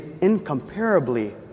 incomparably